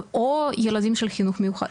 או ילדים של חינוך מיוחד.